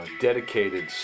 dedicated